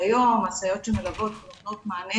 שמלוות נותנות מענה